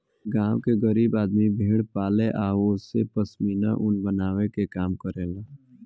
गांव के गरीब आदमी भेड़ पाले आ ओसे पश्मीना ऊन बनावे के काम करेला